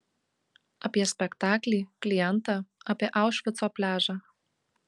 apie spektaklį klientą apie aušvico pliažą